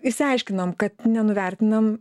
išsiaiškinom kad nenuvertinam